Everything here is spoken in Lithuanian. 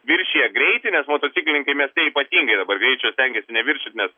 viršija greitį nes motociklininkai mieste ypatingai dabar greičio stengiasi neviršyt nes